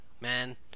man